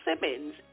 Simmons